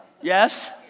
Yes